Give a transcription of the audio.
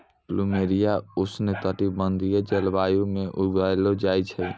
plumeria उष्ण कटिबंधीय जलवायु म उगैलो जाय छै